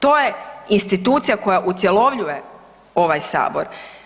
To je institucija koja utjelovljuje ovaj Sabor.